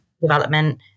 development